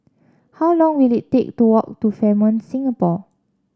how long will it take to walk to Fairmont Singapore